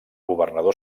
governador